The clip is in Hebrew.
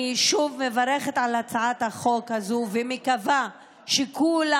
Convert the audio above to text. אני שוב מברכת על הצעת החוק הזו ומקווה שכולם,